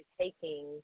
taking